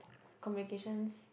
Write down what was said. communications